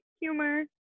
humor